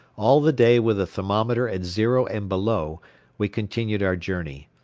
all the day with the thermometer at zero and below we continued our journey,